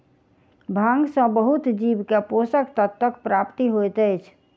भांग सॅ बहुत जीव के पोषक तत्वक प्राप्ति होइत अछि